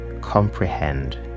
comprehend